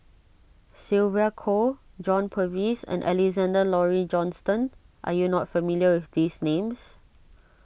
Sylvia Kho John Purvis and Alexander Laurie Johnston are you not familiar with these names